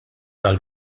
tal